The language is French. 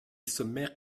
sommaire